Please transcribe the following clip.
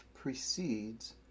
precedes